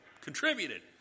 contributed